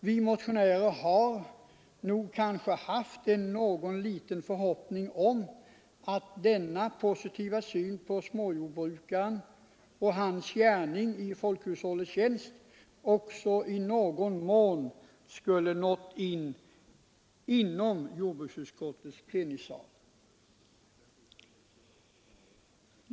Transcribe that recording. Vi motionärer har väl haft en liten förhoppning om att denna positiva syn på småjordbrukaren och hans gärning i folkhushållets tjänst också i någon mån skulle ha trängt in i jordbruksutskottets plenisal.